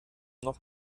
noch